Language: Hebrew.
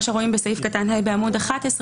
מה שרואים בסעיף קטן (ה) בעמוד 11,